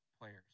players